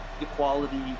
equality